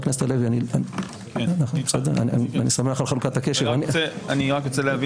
אני רק רוצה להבין,